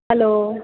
hello